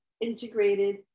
integrated